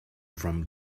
from